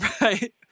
Right